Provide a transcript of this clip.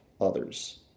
others